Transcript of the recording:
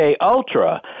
Ultra